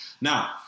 Now